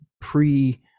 pre